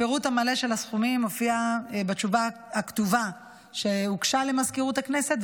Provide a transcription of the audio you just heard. הפירוט המלא של הסכומים מופיע בתשובה הכתובה שהוגשה למזכירות הכנסת,